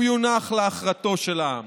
הוא יונח להכרעתו של העם.